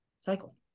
cycle